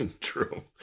True